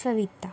Savita